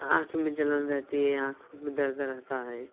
आँख में जलन रहती है आँख में दर्द रहता है